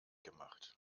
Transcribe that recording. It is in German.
gemacht